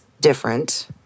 different